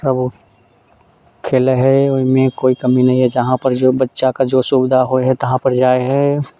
तब खेले हय ओइमे कोइ कमी नहि हय जहाँपर जो बच्चाके जे सुविधा होइ हय तहाँपर जाइ हय